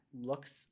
looks